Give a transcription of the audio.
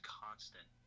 constant